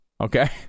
Okay